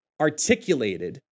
articulated